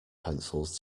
pencils